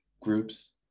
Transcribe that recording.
groups